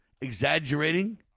exaggerating